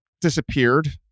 disappeared